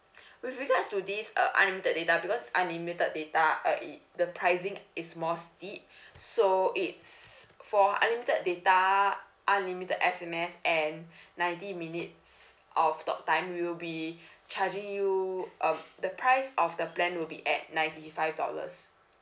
with regards to this uh unlimited data because unlimited data uh it the pricing is more steep so it's for unlimited data unlimited S_M_S and ninety minutes of talk time we'll be charging you um the price of the plan will be at ninety five dollars